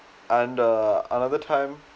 and uh another time